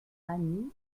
annie